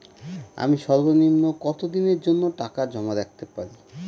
আমি সর্বনিম্ন কতদিনের জন্য টাকা জমা রাখতে পারি?